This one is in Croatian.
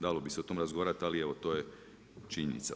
Dalo bi se o tome razgovarati ali evo to je činjenica.